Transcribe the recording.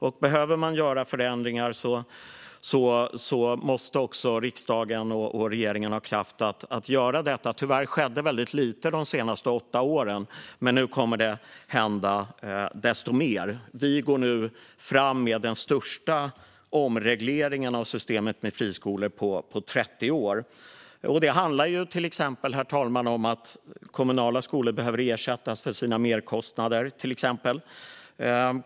Om man behöver göra förändringar måste riksdagen och regeringen ha kraft att göra det. Tyvärr hände väldigt lite de senaste åtta åren. Men nu kommer det att hända desto mer. Vi går nu fram med den största omregleringen av systemet med friskolor på 30 år. Till exempel behöver kommunala skolor ersättas för sina merkostnader.